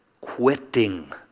quitting